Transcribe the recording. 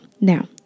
now